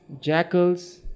jackals